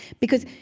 because,